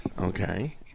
Okay